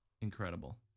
Incredible